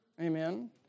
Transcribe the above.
Amen